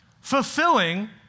fulfilling